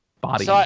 body